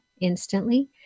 instantly